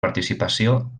participació